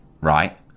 right